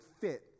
fit